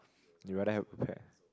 you rather have a pet